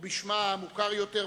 או בשמה המוכר יותר ופשוט,